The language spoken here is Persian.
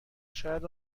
شاید